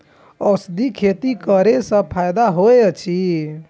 औषधि खेती करे स फायदा होय अछि?